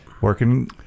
working